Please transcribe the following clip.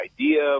idea